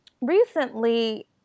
recently